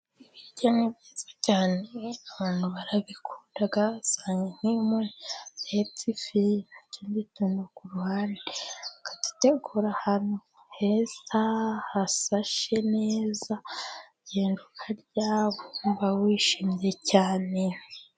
Ibiryo ni byiza cyane abantu barabikunda, usanga ngiyo umuntu yatetse ifiriti k'uruhande akayitegura ahantu heza, hasashe neza akarya yumva yishimye cyane.